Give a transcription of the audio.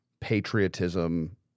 patriotism